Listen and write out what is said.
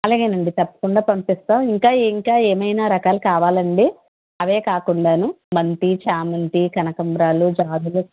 అలాగేనండి తప్పకుండ పంపిస్తాము ఇంకా ఇంకా ఏమైనా రకాలు కావాలా అండి అవే కాకుండాను బంతి చామంతి కనకాంబరాలు జాజులు